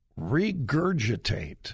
regurgitate